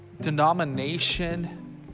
denomination